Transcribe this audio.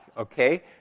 Okay